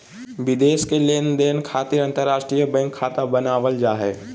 विदेश के लेनदेन खातिर अंतर्राष्ट्रीय बैंक खाता बनावल जा हय